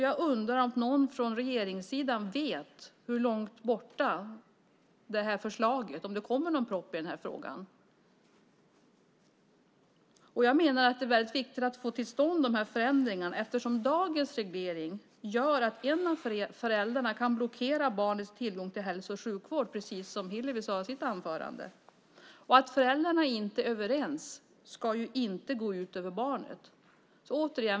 Jag undrar om någon från regeringssidan vet om det kommer någon proposition i frågan. Det är viktigt att få till stånd dessa förändringar eftersom dagens reglering gör att en av föräldrarna kan blockera barnens tillgång till hälso och sjukvård, precis som Hillevi Larsson sade i sitt anförande. Att föräldrarna inte är överens ska inte gå ut över barnet.